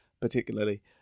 particularly